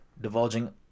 divulging